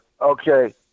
Okay